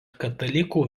katalikų